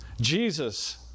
Jesus